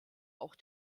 auch